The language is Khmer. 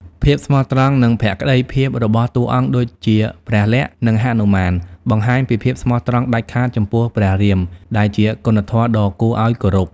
ភាពស្មោះត្រង់ និងភក្ដីភាពរបស់តួអង្គដូចជាព្រះលក្សណ៍ និងហនុមាន បង្ហាញពីភាពស្មោះត្រង់ដាច់ខាតចំពោះព្រះរាម ដែលជាគុណធម៌ដ៏គួរឱ្យគោរព ។